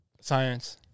Science